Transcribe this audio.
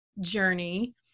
journey